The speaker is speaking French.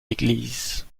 église